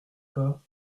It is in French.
pas